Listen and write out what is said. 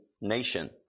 nation